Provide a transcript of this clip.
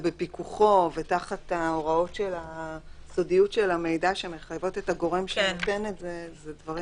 בפיקוחו ותחת ההוראות של הסודיות של המידע שמחייבות את הגורם שנותן הזה.